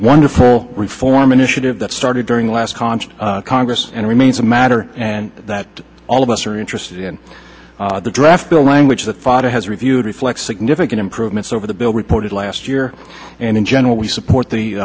wonderful reform initiative that started during the last conscious congress and remains a matter and that all of us are interested in the draft the language that fatah has reviewed reflects significant improvements over the bill reported last year and in general we support the